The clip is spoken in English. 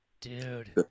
dude